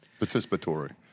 Participatory